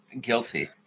guilty